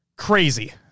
crazy